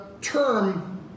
term